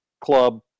club